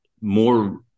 more